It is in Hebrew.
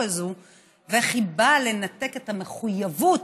הזאת ואיך היא באה לנתק את המחויבות